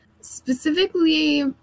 Specifically